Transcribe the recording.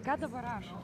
ką dabar rašot